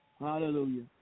Hallelujah